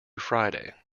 friday